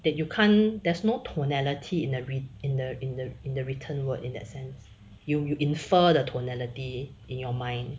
that you can't there's no tonality in a read in the in the in the written word in that sense you you infer the tonality in your mind